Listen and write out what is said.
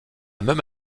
même